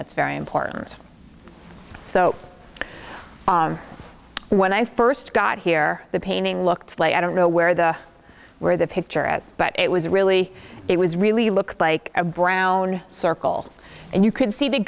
that's very important so when i first got here the painting looked like i don't know where the where the picture at but it was really it was really looked like a brown circle and you could see th